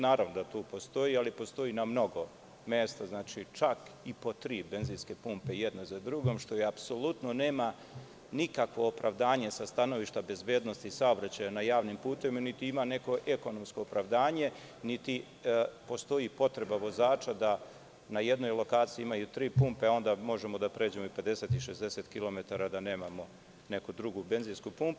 Naravno da tu postoji, ali postoji i na mnogo mesta, čak i po tri benzinske pumpe jedna za drugom, što apsolutno nema nikakvo opravdanje sa stanovišta bezbednosti saobraćaja na javnim putevima, niti ima neko ekonomsko opravdanje, niti postoji potreba vozača da na jednoj lokaciji imaju tri pumpe, a onda mogu da pređu i 50 i 60 kilometara i da nemaju neku drugu benzinsku pumpu.